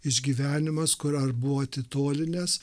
išgyvenimas kur ar buvo atitolinęs